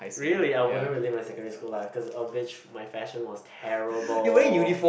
really I wouldn't relive my secondary school lah cause uh bitch my fashion was terrible